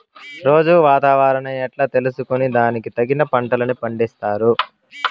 రోజూ వాతావరణాన్ని ఎట్లా తెలుసుకొని దానికి తగిన పంటలని పండిస్తారు?